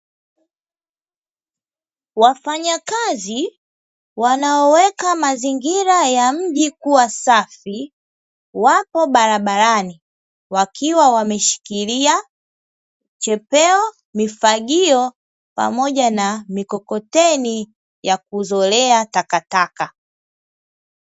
Wafanyakazi wanaoweka mazingira ya mji kuwa safi wapo barabarani wakiwa wameshikilia chepeo, mifagio, pamoja na mikokoteni ya kuzolea takataka.